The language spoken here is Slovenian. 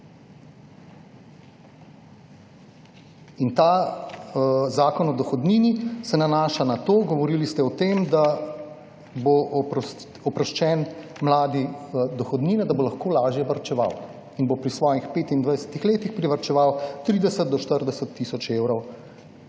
In ta zakon o dohodnini se nanaša na to, govorili ste o tem, da bo oproščen mladi dohodnine, da bo lahko lažje varčeval in bo pri svojih 25 letih privarčeval 30 do 40 tisoč evrov.